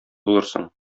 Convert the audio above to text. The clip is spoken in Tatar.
булырсың